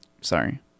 sorry